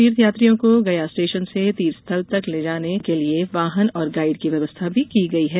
तीर्थ यात्रियों को गया स्टेशन से तीर्थ स्थल तंक लाने ले जाने के लिए वाहन और गाइड की व्यवस्था भी की गई है